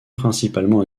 principalement